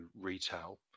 retail